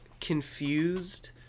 confused